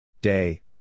Day